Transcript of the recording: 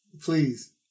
Please